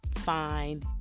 Fine